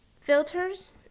filters